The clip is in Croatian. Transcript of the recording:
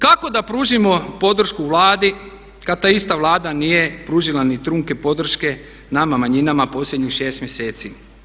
Kako da pružimo podršku Vladi kad ta ista Vlada nije pružila ni trunke podrške nama manjinama posljednjih 6 mjeseci?